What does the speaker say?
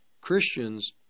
Christians